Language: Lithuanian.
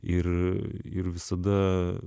ir ir visada